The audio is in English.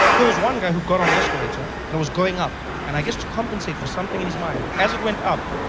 there was one guy who got on the escalator, and it was going up. and i guess to compensate for something in his mind, as it went up.